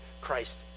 Christ